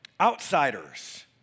Outsiders